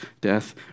death